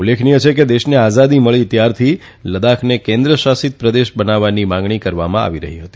ઉલ્લેખનીય છે કે દેશને આઝાદી મળી ત્યારથી લદ્દાખને કેન્દ્ર શાસિત પ્રદેશ બનાવવાની માગણી કરવામાં આવી રહી હતી